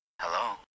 Hello